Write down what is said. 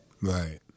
Right